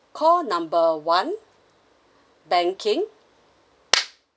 call number one banking